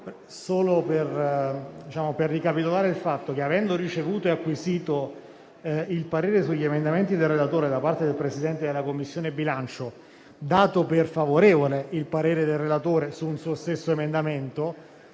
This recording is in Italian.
Signor Presidente, avendo ricevuto e acquisito il parere sugli emendamenti del relatore da parte del Presidente della Commissione bilancio, dato per favorevole il parere del relatore su un suo stesso emendamento,